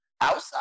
Outside